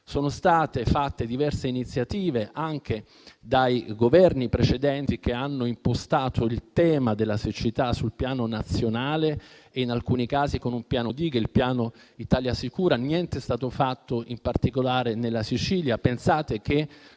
Sono state fatte diverse iniziative, anche dai Governi precedenti, che hanno impostato il tema della siccità sul piano nazionale, in alcuni casi con un piano, Italia Sicura. Niente è stato fatto in particolare nella Sicilia.